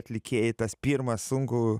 atlikėjai tas pirmas sunku